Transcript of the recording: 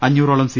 അഞ്ഞൂറോളം സി